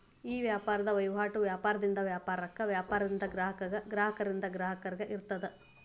ಈ ವ್ಯಾಪಾರದ್ ವಹಿವಾಟು ವ್ಯಾಪಾರದಿಂದ ವ್ಯಾಪಾರಕ್ಕ, ವ್ಯಾಪಾರದಿಂದ ಗ್ರಾಹಕಗ, ಗ್ರಾಹಕರಿಂದ ಗ್ರಾಹಕಗ ಇರ್ತದ